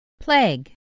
Plague